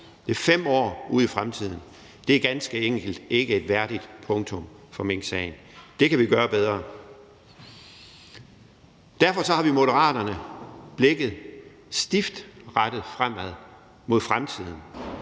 det er 5 år ude i fremtiden, og det er ganske enkelt ikke et værdigt punktum i minksagen. Det kan vi gøre bedre. Derfor har vi i Moderaterne blikket stift rettet fremad mod fremtiden.